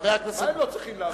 זה לא יכול להיות.